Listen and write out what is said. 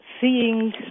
seeing